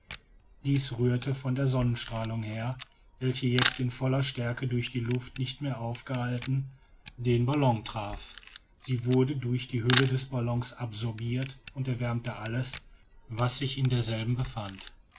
dies rührte von der sonnenstrahlung her welche jetzt in voller stärke durch die luft nicht mehr aufgehalten den ballon traf sie wurde durch die hülle des ballons absorbiert und erwärmte alles was sich in derselben befand